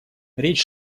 речь